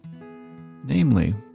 Namely